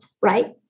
right